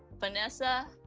vanessa,